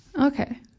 Okay